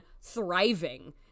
thriving